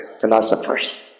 philosophers